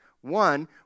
One